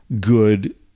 good